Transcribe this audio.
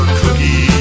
cookie